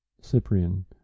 Cyprian